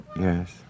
Yes